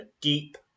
deep